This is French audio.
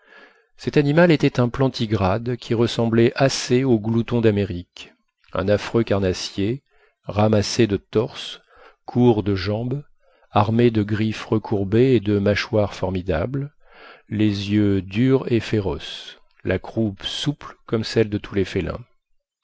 cet animal était un plantigrade qui ressemblait assez au glouton d'amérique un affreux carnassier ramassé de torse court de jambes armé de griffes recourbées et de mâchoires formidables les yeux durs et féroces la croupe souple comme celle de tous les félins